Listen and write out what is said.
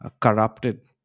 corrupted